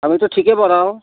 আমিতো ঠিকেই পঢ়াওঁ